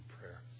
prayer